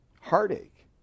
heartache